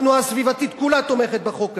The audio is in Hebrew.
התנועה הסביבתית כולה תומכת בחוק הזה.